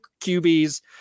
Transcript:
QBs